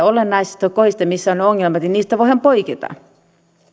olennaisissa kohdissa missä on ne ongelmat niistä voidaan poiketa